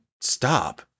stop